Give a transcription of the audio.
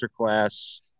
masterclass